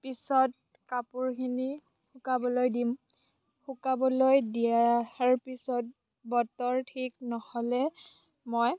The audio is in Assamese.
পিছত কাপোৰখিনি শুকাবলৈ দিম শুকাবলৈ দিয়াৰ পিছত বতৰ ঠিক নহ'লে মই